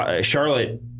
Charlotte